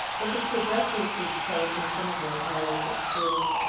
if a kid does lose his coat in some of the, our local schools,